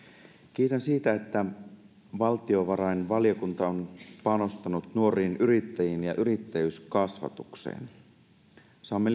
kiitän siitä että valtiovarainvaliokunta on panostanut nuoriin yrittäjiin ja yrittäjyyskasvatukseen saamme